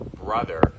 brother